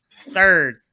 third